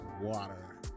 water